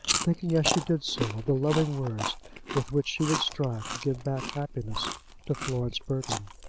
thinking as she did so of the loving words with which she would strive to give back happiness to florence burton.